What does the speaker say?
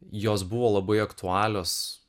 jos buvo labai aktualios